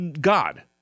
God